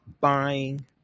buying